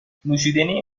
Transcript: نوشیدنی